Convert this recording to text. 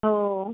हो